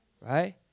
right